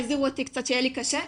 הזהירו אותי קצת שיהיה לי קשה,